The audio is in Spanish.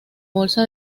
bolsa